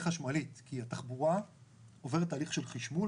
חשמלית כי התחבורה עוברת תהליך של חשמול.